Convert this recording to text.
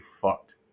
fucked